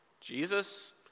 Jesus